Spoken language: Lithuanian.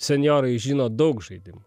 senjorai žino daug žaidimų